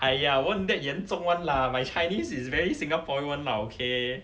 !aiya! won't that 严重 [one] lah my chinese is very singaporean [one] lah okay